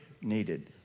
needed